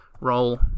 Roll